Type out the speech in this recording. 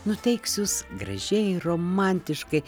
nuteiks jus gražiai romantiškai